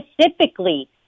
specifically